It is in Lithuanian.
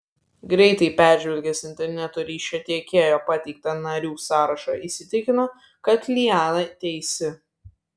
greitai peržvelgęs interneto ryšio tiekėjo pateiktą narių sąrašą įsitikino kad liana teisi